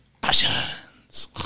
passions